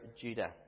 Judah